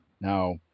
now